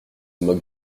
moque